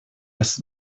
раз